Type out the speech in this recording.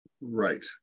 right